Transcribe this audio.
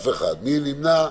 מי נמנע?